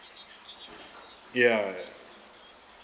ya ya